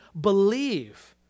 believe